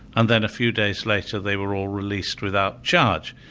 and then a few days later they were all released without charge.